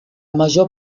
major